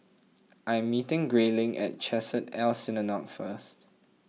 I am meeting Grayling at Chesed L Synagogue first